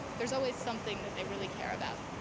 there's always something that they really care about.